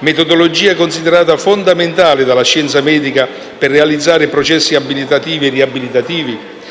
metodologia considerata fondamentale dalla scienza medica, per realizzare processi abilitatiti e riabilitativi?